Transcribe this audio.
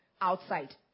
outside